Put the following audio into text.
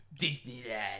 Disneyland